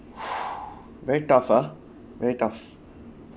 very tough ah very tough